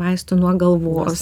vaistų nuo galvos